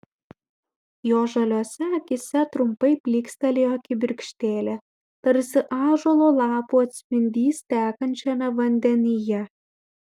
jo žaliose akyse trumpai blykstelėjo kibirkštėlė tarsi ąžuolo lapų atspindys tekančiame vandenyje